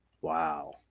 wow